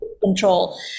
control